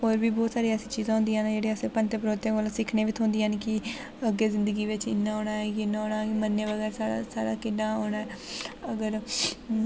होर बी बहोत सारियां ऐसियां चीज़ां होदियां न जेह्ड़ियां असें पंते परोह्ते कोला सिक्खने बी थ्होंदियां न कि अग्गें जिंदगी बिच इ'यां होना ऐ इ'यां होना ऐ मरने पर साढ़ा साढ़ा कि'यां होना ऐ अगर